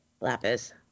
lapis